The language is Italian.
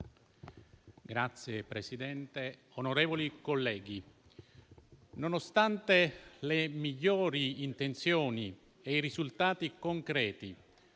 Signor Presidente, onorevoli colleghi, nonostante le migliori intenzioni e i risultati concreti